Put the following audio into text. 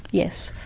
yes.